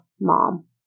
Mom